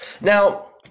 Now